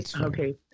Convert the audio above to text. Okay